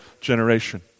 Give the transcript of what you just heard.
generation